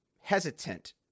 hesitant